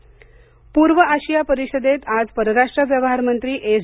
जयशंकर पूर्व आशिया परिषदेत आज परराष्ट्र व्यवहार मंत्री एस